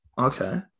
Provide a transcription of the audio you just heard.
Okay